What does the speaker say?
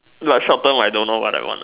but short term I don't know what I want lah